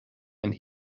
and